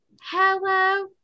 hello